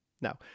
Now